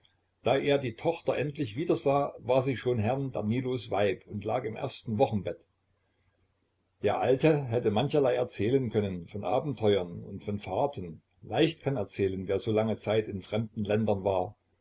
da er die tochter endlich wiedersah war sie schon herrn danilos weib und lag im ersten wochenbett der alte hätte mancherlei erzählen können von abenteuern und von fahrten leicht kann erzählen wer so lange zeit in fremden ländern war